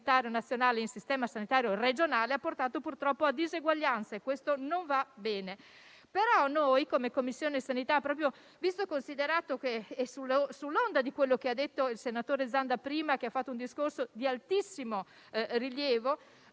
dal senatore Zanda, che ha fatto un discorso di altissimo rilievo,